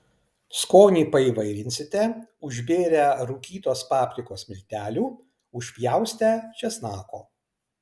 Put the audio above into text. skonį paįvairinsite užbėrę rūkytos paprikos miltelių užpjaustę česnako